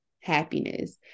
happiness